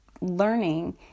learning